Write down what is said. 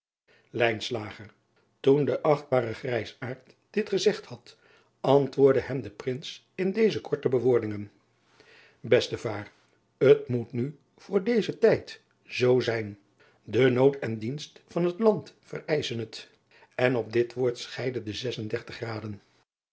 oen de achtbare grijsaard dit gezegd had antwoordde hem de rins in deze korte bewoordingen estevaêr t moet nu voor deze tijd zoo zijn e nood en dienst van het and vereischen het n op dit woord scheidden de